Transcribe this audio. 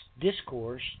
discourse